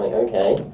okay.